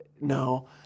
No